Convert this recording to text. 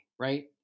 right